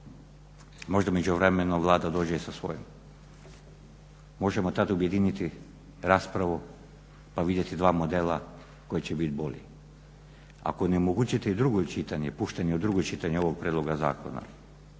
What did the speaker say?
Možda u međuvremenu Vlada dođe i sa svojim. Možemo tad objediniti raspravu pa vidjeti dva modela koji će bit bolji. Ako ne omogućite i drugo čitanje, puštanje u drugo čitanje ovog prijedloga zakona